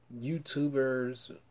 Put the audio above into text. YouTubers